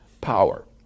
power